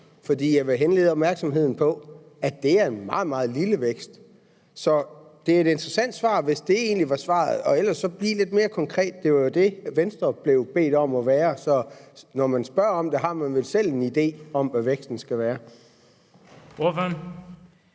For jeg vil henlede opmærksomheden på, at det er en meget, meget lille vækst. Så det er egentlig et interessant svar, hvis det var svaret, og ellers må jeg bede om, at det bliver lidt mere konkret. Det var jo det, Venstre blev bedt om at være, så når man spørger om det, har man vel selv en idé om, hvad væksten skal være.